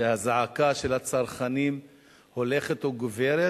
כשהזעקה של הצרכנים הולכת וגוברת,